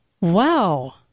Wow